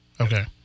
Okay